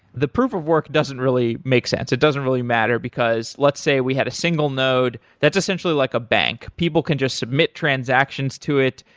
the proof of work doesn't really make sense. it doesn't really matter, because let's say we had a single node that's essentially like a bank. people can just submit transactions to it.